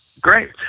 great